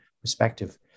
perspective